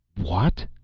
what?